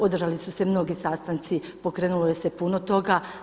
Održali su se mnogi sastanci, pokrenulo se puno toga.